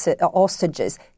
hostages